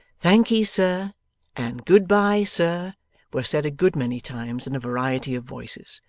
thank'ee, sir and good-bye, sir were said a good many times in a variety of voices,